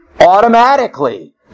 automatically